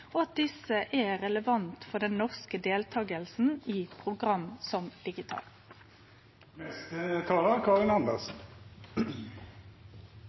og at desse er relevante for den norske deltakinga i program som